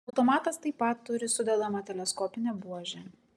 automatas taip pat turi sudedamą teleskopinę buožę